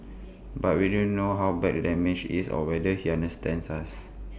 but we don't know how bad the damage is or whether he understands us